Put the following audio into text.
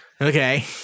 Okay